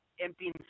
empty